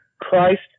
Christ